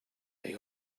they